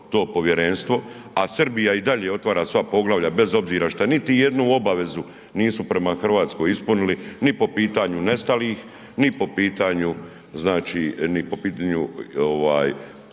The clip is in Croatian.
to povjerenstvo. A Srbija i dalje otvara sva poglavlja, bez obzira što niti jednu obavezu nisu prema Hrvatskoj ispunili ni po pitanju nestalih, ni po pitanju znači, ni po pitanju